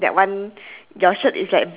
eh there must be some other difference